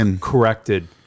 corrected